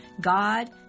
God